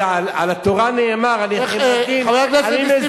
כי על התורה נאמר, חבר הכנסת נסים